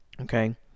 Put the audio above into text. okay